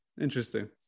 interesting